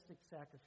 sacrifice